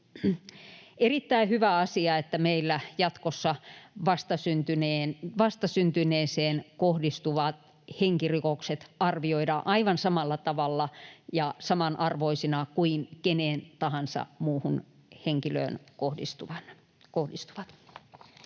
erittäin hyvä asia, että meillä jatkossa vastasyntyneeseen kohdistuvat henkirikokset arvioidaan aivan samalla tavalla ja samanarvoisina kuin keneen tahansa muuhun henkilöön kohdistuvat.